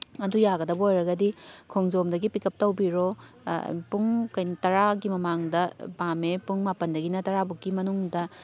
ꯑꯗꯨ ꯌꯥꯒꯗꯕ ꯑꯣꯏꯔꯒꯗꯤ ꯈꯣꯡꯖꯣꯝꯗꯒꯤ ꯄꯤꯛꯀꯞ ꯇꯧꯕꯤꯔꯣ ꯄꯨꯡ ꯀꯩ ꯇꯔꯥꯒꯤ ꯃꯃꯥꯡꯗ ꯄꯥꯝꯃꯦ ꯄꯨꯡ ꯃꯥꯄꯟꯗꯒꯤꯅ ꯇꯔꯥꯕꯨꯛꯀꯤ ꯃꯅꯨꯡꯗ